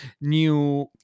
new